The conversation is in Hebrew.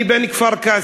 אני בן כפר-קאסם.